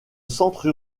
centre